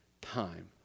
Time